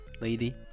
lady